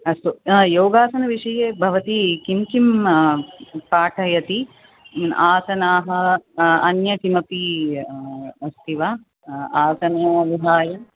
अस्तु योगासनविषये भवती किं किं पाठयति आसनानि अन्य किमपि अस्ति वा आसनं विहाय